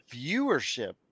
viewership